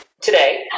today